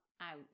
out